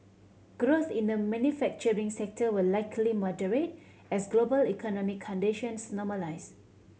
growth in the manufacturing sector will likely moderate as global economic conditions normalise